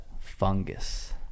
fungus